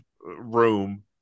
room